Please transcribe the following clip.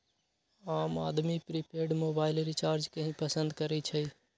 आम आदमी prepaid mobile recharge के ही पसंद करई छई